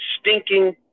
stinking